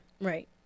Right